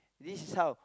this is how